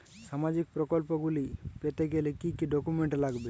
সামাজিক প্রকল্পগুলি পেতে গেলে কি কি ডকুমেন্টস লাগবে?